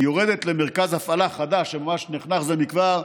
יורדת למרכז הפעלה חדש שממש נחנך זה לא מכבר,